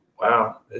wow